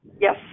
Yes